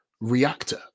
reactor